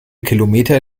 kilometer